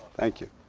thank you.